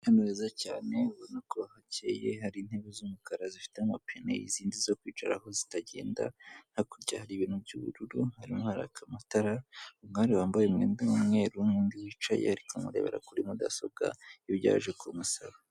Ahantu heza cyane ubona ko hakeye, hari intebe z'umukara zifite amapine y'izindi zo kwicaraho zitagenda hakurya hari ibintu by'ubururu harimo haraka amatara, umwari wambaye umwenda n'umweru undi wicaye ari kumurebera kuri mudasobwa ibyo yaje ku kumusaba.